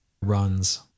runs